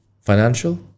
Financial